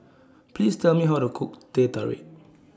Please Tell Me How to Cook Teh Tarik